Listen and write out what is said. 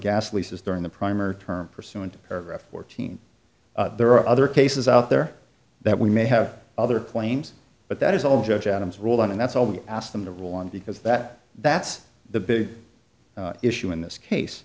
gas leases during the primer term pursuant fourteen there are other cases out there that we may have other claims but that is all judge adams ruled on and that's all we ask them to rule on because that that's the big issue in this case